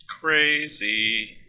crazy